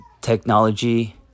technology